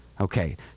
Okay